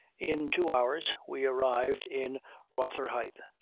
in two hours we arrived in rotherhithe,